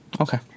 Okay